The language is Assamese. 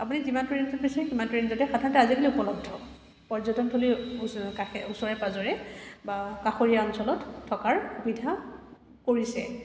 আপুনি যিমানটো ৰেঞ্জত বিচাৰে সিমানটো ৰেঞ্জতে আজিকালি উপলব্ধ পৰ্যটনথলীৰ ও কাষে ওচৰে পাঁজৰে বা কাষৰীয়া অঞ্চলত থকাৰ সুবিধা কৰিছে